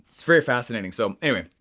it's very fascinating, so, anyway.